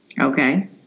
Okay